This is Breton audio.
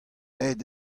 aet